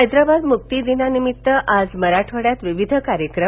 हैदराबाद मुक्तीदिनानिमित्त आज मराठवाङ्यात विविध कार्यक्रम